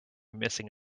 missing